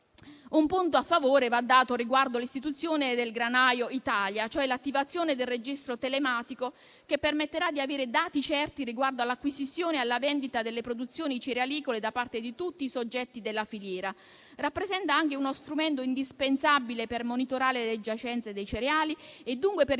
Un punto a favore va dato riguardo all'istituzione del Granaio Italia, cioè l'attivazione del registro telematico che permetterà di avere dati certi riguardo all'acquisizione e alla vendita delle produzioni cerealicole da parte di tutti i soggetti della filiera. Esso rappresenta anche uno strumento indispensabile per monitorare le giacenze dei cereali e dunque per